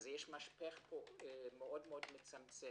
יש פה משפך מאוד מצמצם.